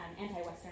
Anti-Western